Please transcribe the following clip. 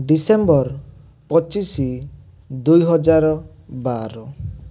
December ପଚିଶ ଦୁଇହଜାର ବାର